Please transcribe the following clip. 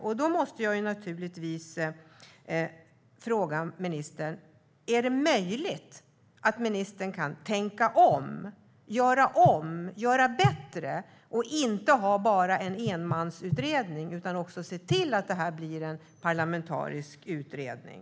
Jag måste naturligtvis fråga ministern om det är möjligt att hon kan tänka om, göra om och göra bättre. Är det möjligt att inte ha en enmansutredning utan se till att det blir en parlamentarisk utredning?